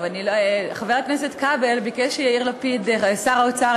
חבר הכנסת כבל ביקש ששר האוצר יאיר לפיד יגיד